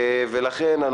לכן,